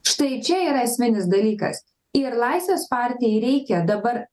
štai čia yra esminis dalykas ir laisvės partijai reikia dabar